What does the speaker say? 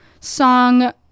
song